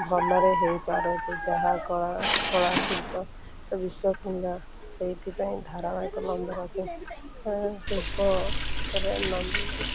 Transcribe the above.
ଭଲରେ ହେଇପାରୁଛି ଯାହା କଳା କଳା ଶିଳ୍ପ ବିଶ୍ୱ କୁନ୍ଦ ସେଇଥିପାଇଁ ଧାରାବାହିକ ପନ୍ଦରଶହ ଶିଳ୍ପଭିତରେ ନମିଳିଛି